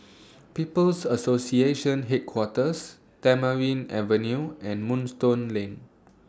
People's Association Headquarters Tamarind Avenue and Moonstone Lane